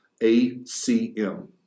ACM